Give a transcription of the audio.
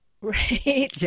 Right